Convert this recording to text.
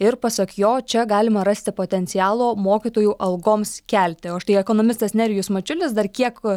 ir pasak jo čia galima rasti potencialo mokytojų algoms kelti o štai ekonomistas nerijus mačiulis dar kiek